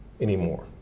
anymore